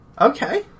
Okay